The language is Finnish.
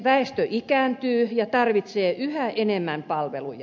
väestö ikääntyy ja tarvitsee yhä enemmän palveluja